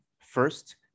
First